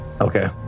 Okay